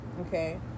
Okay